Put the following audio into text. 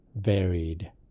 varied